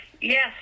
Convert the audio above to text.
Yes